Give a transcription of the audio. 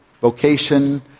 vocation